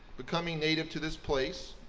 becoming native to this place,